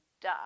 duh